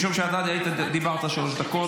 משום שאתה היית, דיברת שלוש דקות.